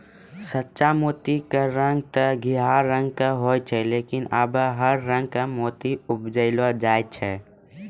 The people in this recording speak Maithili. सच्चा मोती के रंग तॅ घीयाहा रंग के होय छै लेकिन आबॅ हर रंग के मोती उपजैलो जाय छै